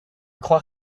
croire